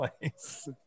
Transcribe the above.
place